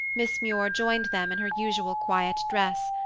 miss muir joined them in her usual quiet dress,